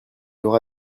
aura